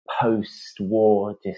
post-war